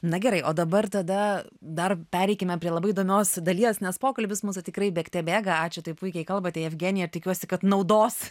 na gerai o dabar tada dar pereikime prie labai įdomios dalies nes pokalbis mūsų tikrai bėgte bėga ačiū taip puikiai kalbate jevgenija tikiuosi kad naudos